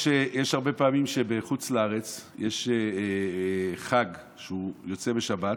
יש הרבה פעמים שבחוץ לארץ יש חג שיוצא בשבת,